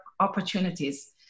opportunities